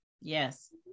Yes